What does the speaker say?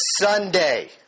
Sunday